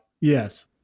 Yes